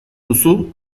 duzu